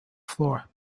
floor